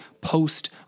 post